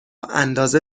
اندازه